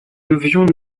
devions